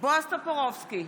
בועז טופורובסקי,